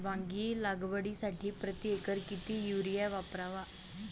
वांगी लागवडीसाठी प्रति एकर किती युरिया वापरावा?